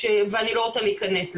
ואני לא רוצה להיכנס לזה.